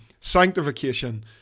sanctification